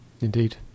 indeed